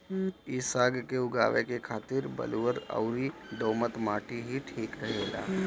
इ साग के उगावे के खातिर बलुअर अउरी दोमट माटी ही ठीक रहेला